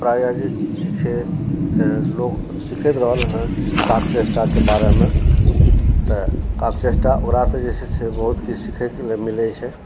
प्रायः जे छै छै लोग सिखैत रहल हँ काक चेष्टाके बारेमे तऽ काक चेष्टा ओकरा से जे छै से बहुत किछु सिखैए के लेल मिलै छै